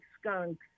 skunks